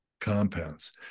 compounds